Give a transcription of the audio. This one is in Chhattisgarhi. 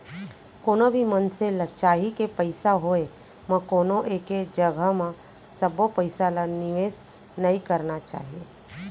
कोनो भी मनसे ल चाही के पइसा होय म कोनो एके जघा म सबो पइसा ल निवेस नइ करना चाही